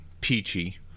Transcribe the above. peachy